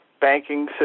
banking